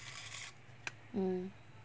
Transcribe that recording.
mm